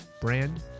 brand